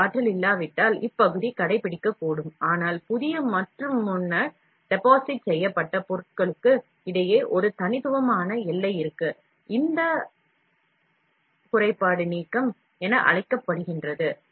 போதுமான ஆற்றல் இல்லை என்றால் இப்பகுதி அழிக்கக்கூடும் ஆனால் புதிய மற்றும் முன்னர் டெபாசிட் செய்யப்பட்ட பொருட்களுக்கு இடையே ஒரு தனித்துவமான எல்லை இருக்கும் இந்த குறைபாடு நீக்கம் என அழைக்கப்படுகிறது